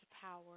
power